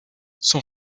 son